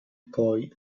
poi